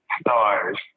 stars